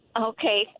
Okay